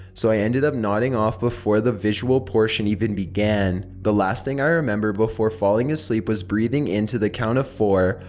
so i ended up nodding off before the visual portion even began. the last thing i remember before falling asleep was breathing in to the count of four,